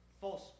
false